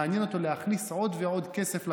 מעניין אותו להכניס עוד ועוד כסף לקופה.